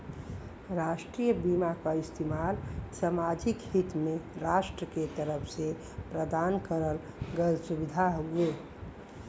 राष्ट्रीय बीमा क इस्तेमाल सामाजिक हित में राष्ट्र के तरफ से प्रदान करल गयल सुविधा हउवे